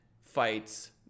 fights